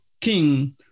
king